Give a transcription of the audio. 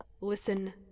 Listen